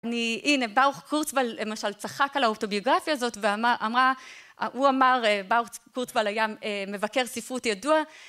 הנה, ברוך קורצבל, למשל, צחק על האוטוביוגרפיה הזאת והוא אמר, ברוך קורצבל היה מבקר ספרות ידוע.